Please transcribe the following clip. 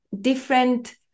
different